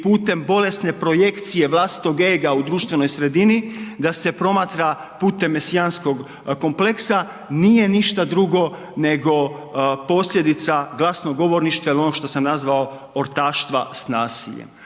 putem bolesne projekcije vlastitog ega u društvenoj sredini da se promatra putem Mesijanskog kompleksa, nije ništa drugo nego posljedica glasnogovorništva il ono što sam nazvao ortaštva s nasiljem.